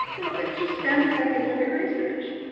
you know, it's just standard academic research,